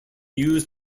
used